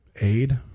aid